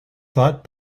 thought